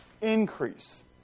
increase